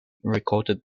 recorded